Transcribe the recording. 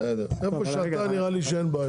בסדר, איפה שאתה נראה לי שאין בעיות.